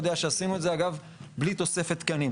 יודע שעשינו את זה אגב בלי תוספת תקנים.